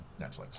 Netflix